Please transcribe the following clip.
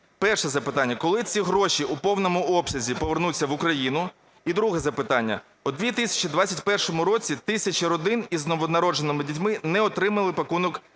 Перше запитання. Коли ці гроші у повному обсязі повернуться в Україну? І друге запитання. У 2021 році тисячі родин із новонародженими дітьми не отримали "пакунок малюка"